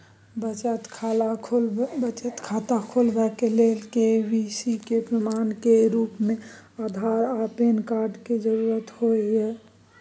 बचत खाता खोलाबय के लेल के.वाइ.सी के प्रमाण के रूप में आधार आर पैन कार्ड के जरुरत होय हय